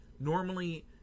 Normally